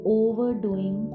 overdoing